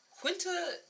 quinta